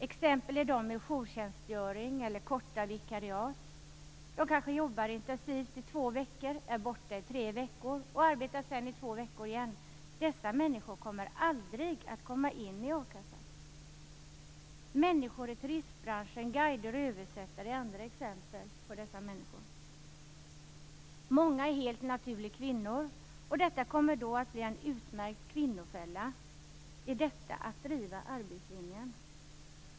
Exempel är de med jourtjänstgöring eller korta vikariat. De kanske jobbar intensivt i två veckor, är borta i tre veckor och arbetar sedan i två veckor igen. Dessa människor kommer aldrig att komma in i a-kassan. Människor i turistbranschen, guider och översättare är andra exempel. Många är helt naturligt kvinnor och detta kommer då att bli en utmärkt kvinnofälla. Är detta att driva arbetslinjen?